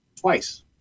twice